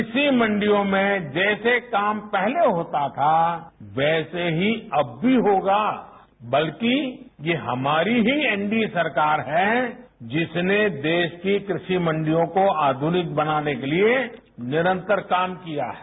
कृषि मंडियों में जैसे काम पहले होता था वैसे ही अव भी होगा बल्कि ये हमारी ही एनडीए सरकार है जिसने देश की कृषि मंडियों को आधुनिक बनाने के लिए निरंतर काम किया है